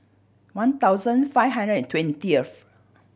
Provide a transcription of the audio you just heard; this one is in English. one thousand five hundred and twentieth